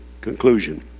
Conclusion